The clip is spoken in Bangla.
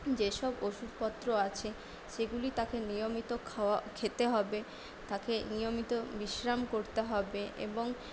যেসব ওষুধপত্র আছে সেগুলি তাকে নিয়মিত খাওয়া খেতে হবে তাকে নিয়মিত বিশ্রাম করতে হবে এবং